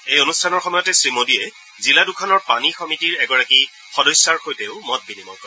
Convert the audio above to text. এই অনুষ্ঠানৰ সময়তে শ্ৰীমোদীয়ে জিলা দুখনৰ পানী সমিতিৰ এগৰাকী সদস্যাৰ সৈতেও মত বিনিময় কৰে